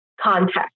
context